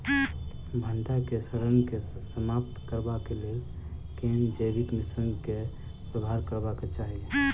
भंटा केँ सड़न केँ समाप्त करबाक लेल केँ जैविक मिश्रण केँ व्यवहार करबाक चाहि?